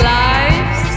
lives